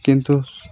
কিন্তু